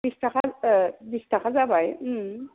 बिस थाखा ओ बिस थाखा जाबाय